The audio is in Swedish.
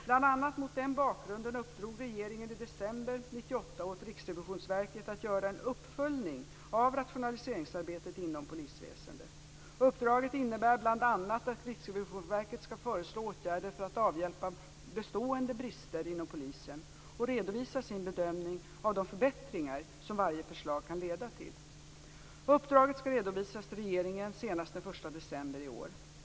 Bl.a. mot den bakgrunden uppdrog regeringen i december 1998 åt Riksrevisionsverket att göra en uppföljning av rationaliseringsarbetet inom polisväsendet. Uppdraget innebär bl.a. att Riksrevisionsverket skall föreslå åtgärder för att avhjälpa bestående brister inom polisen och redovisa sin bedömning av de förbättringar som varje förslag kan leda till. Uppdraget skall redovisas till regeringen senast den 1 december i år.